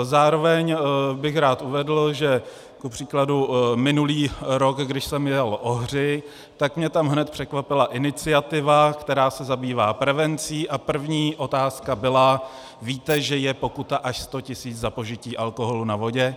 Zároveň bych rád uvedl, že kupříkladu minulý rok, když jsem jel Ohři, tak mě tam hned překvapila iniciativa, která se zabývá prevencí, a první otázka byla: víte, že je pokuta až 100 tisíc za požití alkoholu na vodě?